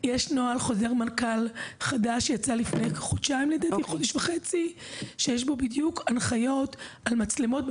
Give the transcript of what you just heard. יש נוהל חוזר מנכ"ל חדש שיצא לפני כחודשיים ויש בו הנחיות על מצלמות.